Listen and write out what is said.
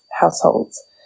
households